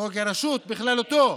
חוק הרשות בכללותו,